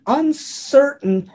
uncertain